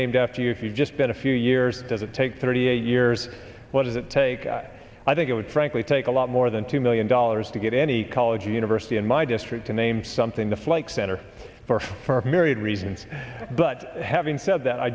named after you if you just bet a few years does it take thirty eight years what does it take i think it would frankly take a lot more than two million dollars to get any college or university in my district to name something the flights that are for for a myriad reasons but having said that i